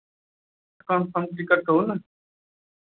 confirm ticket कहू ने